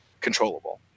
controllable